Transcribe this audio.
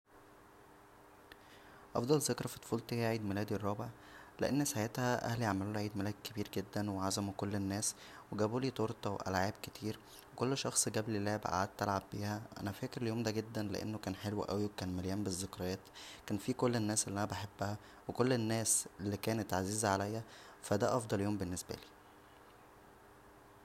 افضل ذكرى فطفولتى هى عيد ميلادى الرابع لان ساعتها اهلى عملولى عيد ميلاد كبير جدا و عزمو كل الناس و جابولى تورته والعاب كتير كل شخص جابلى لعبه قعدت العب بيها انا فاكر اليوم دا جدا لانه كان حلو اوى وكان مليان بالذكريات كان فيه كل الناس اللى انا بحبها و كل الناس اللى كانت عزيزه عليا فدا افضل يوم بنسبالى